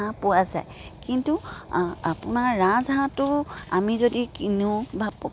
হাঁহ পোৱা যায় কিন্তু আপোনাৰ ৰাজহাঁহটো আমি যদি কিনো বা